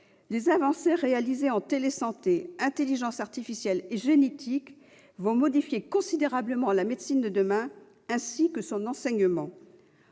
Les avancées réalisées en télésanté, en intelligence artificielle et en génétique vont modifier considérablement la médecine de demain, ainsi que son enseignement.